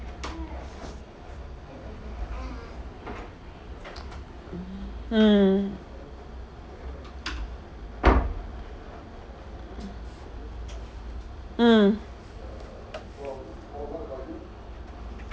mm mm